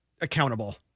accountable